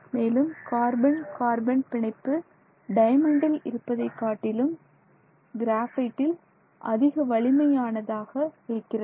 மேலும் carbon carbon பிணைப்பு டயமண்டில் இருப்பதைக் காட்டிலும் கிராபைட்டில் அதிக வலிமையானதாக இருக்கிறது